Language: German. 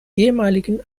ehemaligen